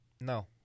No